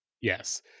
Yes